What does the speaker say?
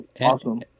Awesome